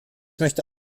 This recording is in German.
möchte